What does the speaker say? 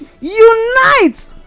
unite